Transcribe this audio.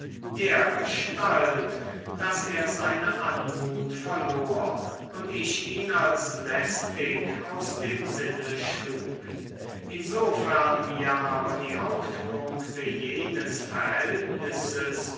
dergestalt daß er seine anmut verlor und ich ihn als lästig aus dem sinne schlug insofern mir aber die hauptpunkte jenes verhältnisses